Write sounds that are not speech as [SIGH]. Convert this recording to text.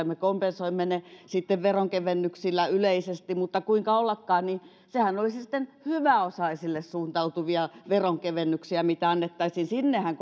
[UNINTELLIGIBLE] me kompensoimme ne sitten veronkevennyksillä yleisesti mutta kuinka ollakaan nehän olisivat sitten hyväosaisille suuntautuvia veronkevennyksiä mitä annettaisiin sinnehän [UNINTELLIGIBLE]